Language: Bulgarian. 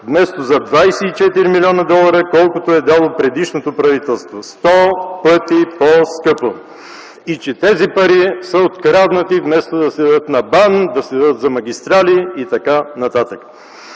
вместо за 24 млн. долара, колкото е дало предишното правителство – 100 пъти по-скъпо! – и, че тези пари са „откраднати”, вместо да се дадат на БАН, да се дадат на магистрали и т.н. На такива